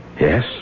Yes